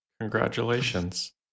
congratulations